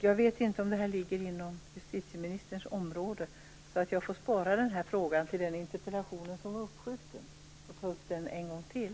Jag vet inte om detta ligger inom justitieministerns område, så jag får spara frågan till den interpellationen som blivit uppskjuten och ta upp den en gång till.